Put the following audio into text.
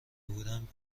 بودم